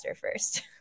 first